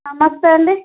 నమస్తే అండి